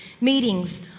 meetings